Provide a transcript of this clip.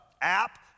app